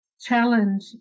challenge